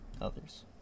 others